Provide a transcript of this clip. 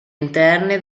interne